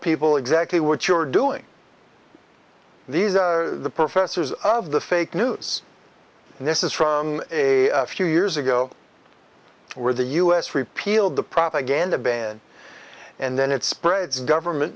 people exactly what you're doing these are the professors of the fake news and this is from a few years ago where the u s repealed the propaganda ban and then it spreads government